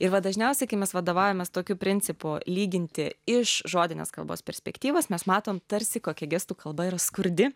i va dažniausiai kai mes vadovaujamės tokiu principu lyginti iš žodinės kalbos perspektyvos mes matom tarsi kokia gestų kalba yra skurdi